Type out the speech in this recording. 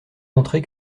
montrer